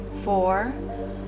four